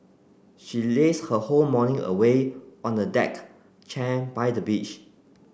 she lazed her whole morning away on a deck chair by the beach